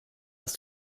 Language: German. ist